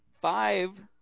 Five